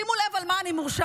שימו לב על מה אני מורשעת,